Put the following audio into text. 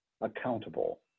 accountable